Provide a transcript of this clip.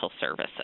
services